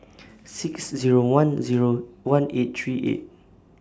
six Zero one Zero one eight three eight